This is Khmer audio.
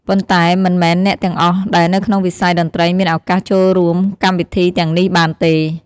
ប៉ុន្តែមិនមែនអ្នកទាំងអស់ដែលនៅក្នុងវិស័យតន្ត្រីមានឱកាសចូលរួមកម្មវិធីទាំងនេះបានទេ។